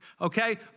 Okay